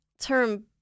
term